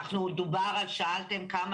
דובר על כמה